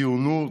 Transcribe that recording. ציונות,